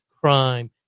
crime